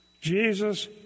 jesus